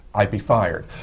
i'd be fired.